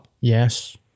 Yes